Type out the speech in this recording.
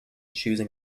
choosing